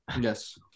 Yes